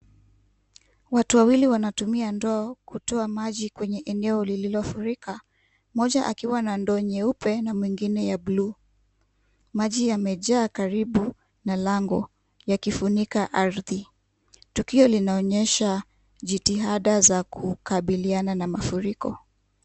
Watu wawili wanatumia ndoo kutoa maji kwenye eneo lililo furika. Mmoja akiwa na ndoo nyeupe na mwingine ya buluu. Maji yamejaa karibu na lango yakifunika ardhi. Tukio linaonyesha jitahada za kukabiliana na mafuriko.